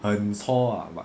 很 chor ah but